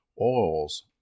oils